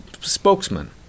spokesman